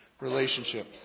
relationship